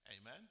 Amen